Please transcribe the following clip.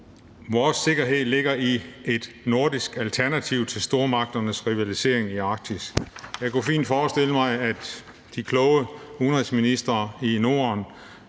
Vores sikkerhed ligger i et nordisk alternativ til stormagternes rivalisering i Arktis. Jeg kunne fint forestille mig, at de kloge udenrigsministre i Norden